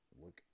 look